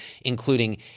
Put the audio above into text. including